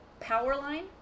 Powerline